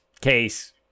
case